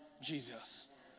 Jesus